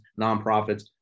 nonprofits